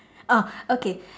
ah okay